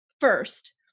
first